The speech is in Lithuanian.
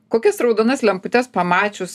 kokias raudonas lemputes pamačius